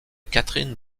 catherine